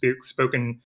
spoken